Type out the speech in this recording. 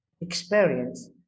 experience